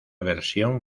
versión